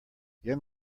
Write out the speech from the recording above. young